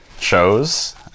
shows